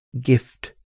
gift